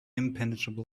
impenetrable